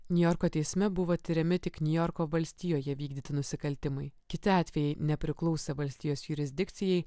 niujorko teisme buvo tiriami tik niujorko valstijoje vykdyti nusikaltimai kiti atvejai nepriklausė valstijos jurisdikcijai